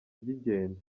by’ingenzi